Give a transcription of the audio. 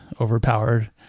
overpowered